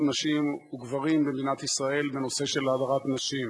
נשים וגברים במדינת ישראל בנושא הדרת נשים.